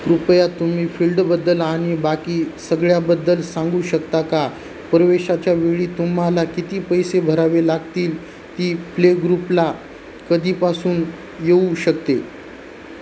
कृपया तुम्ही फील्डबद्दल आणि बाकी सगळ्याबद्दल सांगू शकता का प्रवेशाच्या वेळी तुम्हाला किती पैसे भरावे लागतील ती प्ले ग्रुपला कधीपासून येऊ शकते